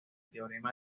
teorema